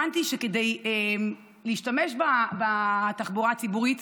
הבנתי שכדי להשתמש בתחבורה הציבורית